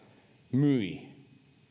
myi